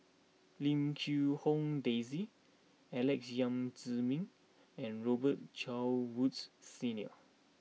Lim Quee Hong Daisy Alex Yam Ziming and Robet Carr Woods Senior